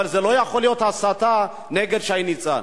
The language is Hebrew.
אבל לא יכולה להיות הסתה נגד שי ניצן.